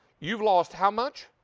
you've lost how much?